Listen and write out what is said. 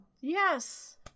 Yes